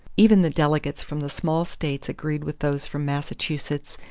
even the delegates from the small states agreed with those from massachusetts,